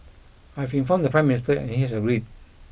I have informed the Prime Minister and he has agreed